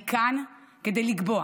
אני כאן כדי לקבוע